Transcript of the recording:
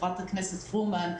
חברת הכנסת פרומן,